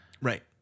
Right